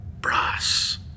Brass